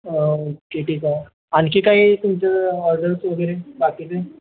okay ठीक आहे आणखी काही तुमचं ऑर्डर्स वगैरे बाकी काही